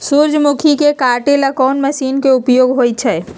सूर्यमुखी के काटे ला कोंन मशीन के उपयोग होई छइ?